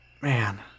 Man